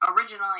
originally